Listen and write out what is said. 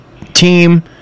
team